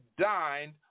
dined